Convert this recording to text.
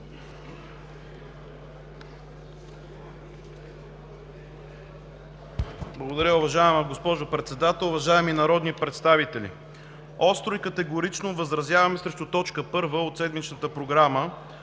Благодаря, уважаема госпожо Председател. Уважаеми народни представители! Остро и категорично възразявам срещу точка първа от седмичната програма,